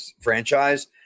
franchise